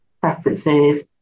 preferences